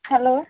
hello